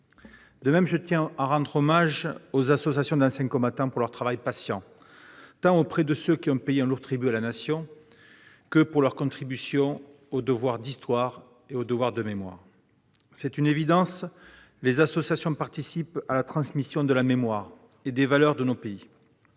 De même, je tiens à rendre hommage aux associations d'anciens combattants, tant pour leur travail patient auprès de ceux qui ont payé un lourd tribut à la Nation que pour leur contribution au devoir d'histoire et de mémoire. C'est une évidence, ces associations participent à la transmission de la mémoire et des valeurs de notre pays.